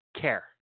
care